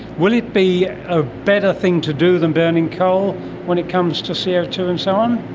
will it be a better thing to do than burning coal when it comes to c o two and so on?